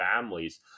families